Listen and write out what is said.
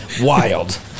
wild